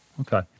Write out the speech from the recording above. Okay